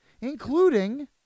Including